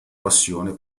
passione